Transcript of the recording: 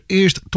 eerst